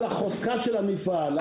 על החוזקה של המפעל,